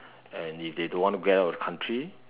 and if they don't want to get out the country